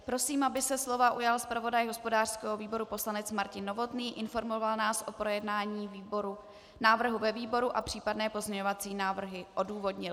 Prosím, aby se slova ujal zpravodaj hospodářského výboru poslanec Martin Novotný, informoval nás o projednání návrhu ve výboru a případné pozměňovací návrhy odůvodnil.